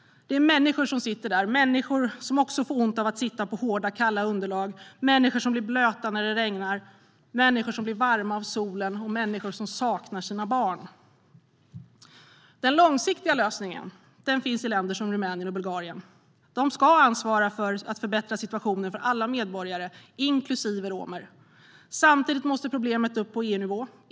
Det är människor som sitter där - människor som också får ont av att sitta på hårda, kalla underlag. Människor som blir blöta när det regnar. Människor som blir varma i solen. Människor som saknar sina barn. Den långsiktiga lösningen finns i länder som Rumänien och Bulgarien. De ska ansvara för att förbättra situationen för alla medborgare, inklusive romer. Samtidigt måste problemet upp på EU-nivå.